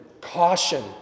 caution